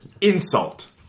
Insult